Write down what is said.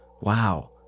Wow